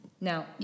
Now